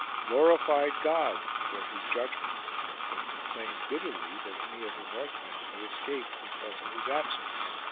glorified god for his judgment but complained bitterly that any of the northmen had escaped because of his absence.